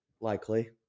Likely